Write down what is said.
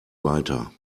weiter